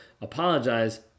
apologize